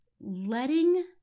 Letting